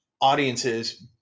audiences